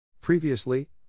Previously